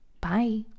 Bye